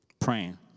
Praying